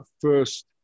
first